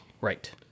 Right